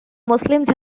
muslims